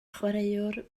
chwaraewr